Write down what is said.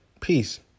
Peace